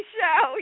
show